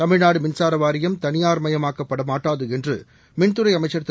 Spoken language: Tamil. தமிழ்நாடு மின்சார வாரியம் தனியார்மயமாக்கப்படமாட்டாது என்று மின்துறை அமைச்சா்திரு